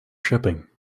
shipping